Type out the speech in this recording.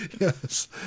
Yes